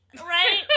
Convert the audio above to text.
right